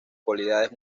cualidades